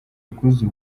ubwuzu